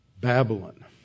Babylon